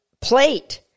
plate